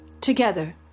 Together